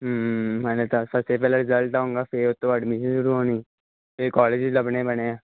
ਹਲੇ ਤਾਂ ਫਸੇ ਪਹਿਲਾਂ ਰਿਜ਼ਲਟ ਆਊਂਗਾ ਫਿਰ ਉਹ ਤੋਂ ਬਾਅਦ ਐਡਮੀਸ਼ਨ ਸ਼ੁਰੂ ਹੋਣੀ ਫਿਰ ਕੋਲਿਜ ਲੱਭਣੇ ਪੈਣੇ ਆ